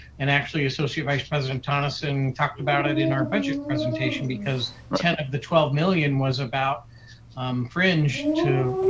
and actually, associate vice president tonneson talked about it in our budget presentation because ten of the twelve million was about fringe to